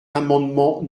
l’amendement